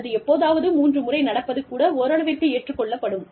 அல்லது எப்போதாவது மூன்று முறை நடப்பது கூட ஓரளவிற்கு ஏற்றுக் கொள்ளப்படும்